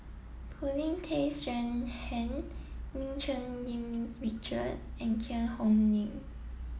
Paulin Tay Straughan Lim Cherng Yih Richard and Cheang Hong Lim